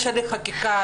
יש הליך חקיקה,